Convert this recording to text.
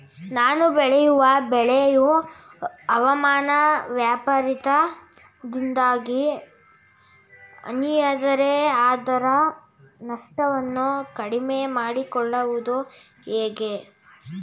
ನಾನು ಬೆಳೆಯುವ ಬೆಳೆಯು ಹವಾಮಾನ ವೈಫರಿತ್ಯದಿಂದಾಗಿ ಹಾನಿಯಾದರೆ ಅದರ ನಷ್ಟವನ್ನು ಕಡಿಮೆ ಮಾಡಿಕೊಳ್ಳುವುದು ಹೇಗೆ?